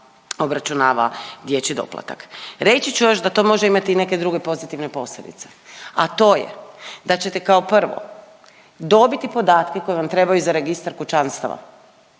obračunava dječji doplatak. Reći ću još da to može imati i neke druge pozitivne posljedice, a to je da ćete kao prvo dobiti podatke koji vam trebaju za registar kućanstava